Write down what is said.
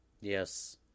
Yes